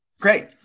Great